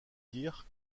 dire